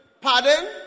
Pardon